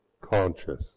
conscious